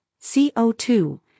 CO2